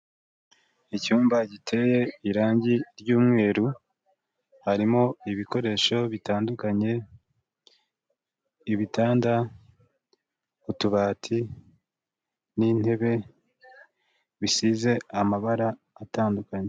Icyumba giteye irangi ry'umweru, harimo ibikoresho bitandukanye ibitanda, utubati n'intebe bisize amabara atandukanye.